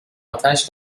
اتش